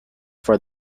for